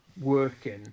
working